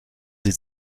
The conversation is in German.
sie